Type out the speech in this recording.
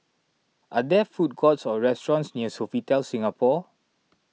are there food courts or restaurants near Sofitel Singapore